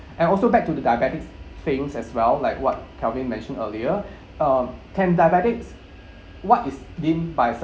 and also back to the diabetics things as well like what calvin mentioned earlier um can diabetics what is deemed by su~